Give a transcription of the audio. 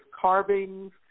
carvings